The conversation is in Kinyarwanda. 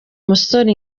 musore